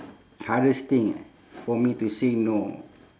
hardest thing eh for me to say no